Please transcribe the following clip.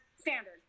Standard